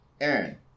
Aaron